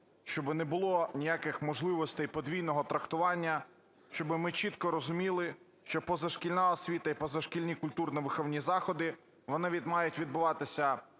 Щоб не було ніяких можливостей подвійного трактування, щоб ми чітко розуміли, що позашкільна освіта і позашкільні культурно-виховні заходи, вони мають відбуватися